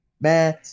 Man